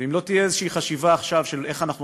אם לא תהיה איזושהי חשיבה עכשיו איך אנחנו